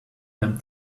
them